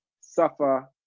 suffer